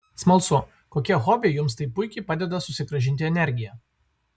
smalsu kokie hobiai jums taip puikiai padeda susigrąžinti energiją